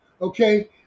okay